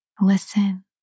Listen